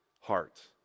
heart